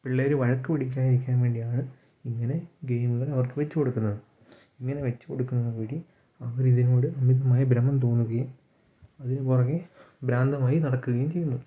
പിള്ളേർ വഴക്കു പിടിക്കാതിരിക്കാൻ വേണ്ടിയാണ് ഇങ്ങനെ ഗെയിമുകൾ അവർക്ക് വെച്ചു കൊടുക്കുന്നത് ഇങ്ങനെ വെച്ചു കൊടുക്കുമ്പോൾ അവർ ഇതിനോട് അമിതമായ ഭ്രമം തോന്നുകയും ഇതിനു പുറകേ ഭ്രാന്തമായി നടക്കുകയും ചെയ്യുന്നു